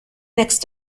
next